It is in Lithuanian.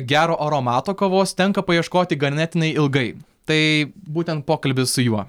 gero oromato kavos tenka paieškoti ganėtinai ilgai tai būtent pokalbis su juo